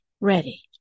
ready